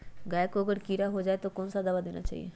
गाय को अगर कीड़ा हो जाय तो कौन सा दवा देना चाहिए?